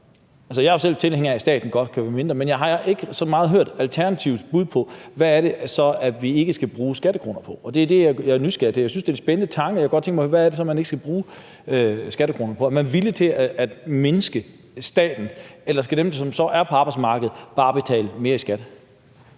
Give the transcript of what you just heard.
godt kan være mindre, men jeg har ikke rigtig hørt Alternativets bud på, hvad det så er, vi ikke skal bruge skattekroner på. Det er det, jeg er nysgerrig på. Jeg synes, det er en spændende tanke, og jeg kunne godt tænke mig at høre, hvad det så er, man ikke skal bruge skattekroner på. Er man villig til at mindske staten, eller skal dem, som så er på arbejdsmarkedet, bare betale mere i skat?